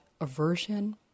aversion